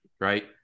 right